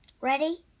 Ready